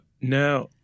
now